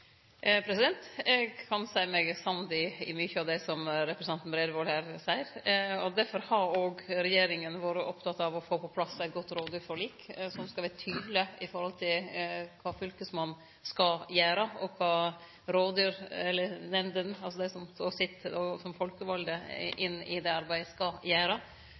Eg kan seie meg samd i mykje av det representanten Bredvold her seier. Derfor har òg regjeringa vore oppteken av å få på plass eit godt rovdyrforlik som skal vere tydeleg når det gjeld kva fylkesmannen skal gjere, og kva rovdyrnemndene – dei som er folkevalde til det arbeidet – skal gjere. Me har vore opptekne av å støtte opp om dei naturbaserte næringane i